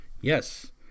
Yes